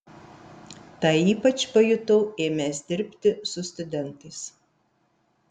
tą ypač pajutau ėmęs dirbti su studentais